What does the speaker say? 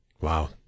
Wow